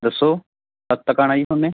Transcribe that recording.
ਦੱਸੋ ਕਦ ਤੱਕ ਆਉਣਾ ਜੀ